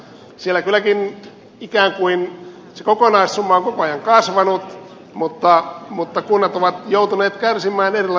siellä kylläkin ikään kuin se kokonaissumma on koko ajan kasvanut mutta kunnat ovat joutuneet kärsimään erilaisista syistä